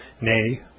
nay